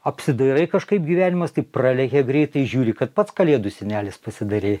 apsidairai kažkaip gyvenimas taip pralekia greitai žiūri kad pats kalėdų senelis pasidarei